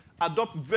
adopt